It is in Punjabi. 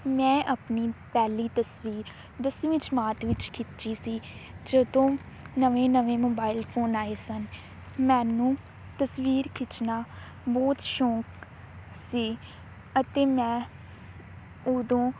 ਮੈਂ ਆਪਣੀ ਪਹਿਲੀ ਤਸਵੀਰ ਦਸਵੀਂ ਜਮਾਤ ਵਿੱਚ ਖਿੱਚੀ ਸੀ ਜਦੋਂ ਨਵੇਂ ਨਵੇਂ ਮੋਬਾਈਲ ਫੋਨ ਆਏ ਸਨ ਮੈਨੂੰ ਤਸਵੀਰ ਖਿੱਚਣਾ ਬਹੁਤ ਸ਼ੌਂਕ ਸੀ ਅਤੇ ਮੈਂ ਉਦੋਂ